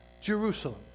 Jerusalem